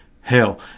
hell